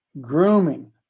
grooming